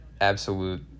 absolute